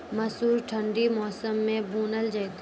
मसूर ठंडी मौसम मे बूनल जेतै?